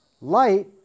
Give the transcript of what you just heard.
Light